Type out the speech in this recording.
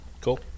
Cool